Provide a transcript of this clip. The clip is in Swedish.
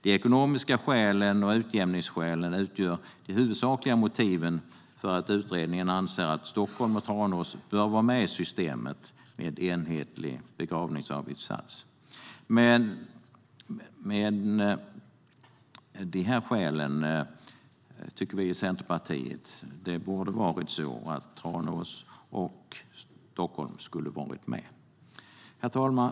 De ekonomiska skälen och utjämningsskälen utgör de huvudsakliga motiven till att utredningen anser att Stockholm och Tranås bör vara med i systemet med enhetlig begravningsavgiftssats. Vi i Centerpartiet instämmer; Tranås och Stockholm borde ha varit med. Herr talman!